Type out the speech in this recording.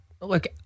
Look